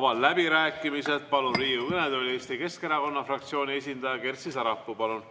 Avan läbirääkimised. Palun Riigikogu kõnetooli Eesti Keskerakonna fraktsiooni esindaja Kersti Sarapuu. Palun!